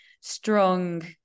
strong